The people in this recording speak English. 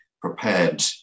prepared